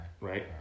Right